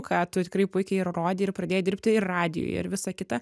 ką tu tikrai puikiai ir įrodei ir pradėjai dirbti ir radijuje ir visa kita